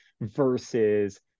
versus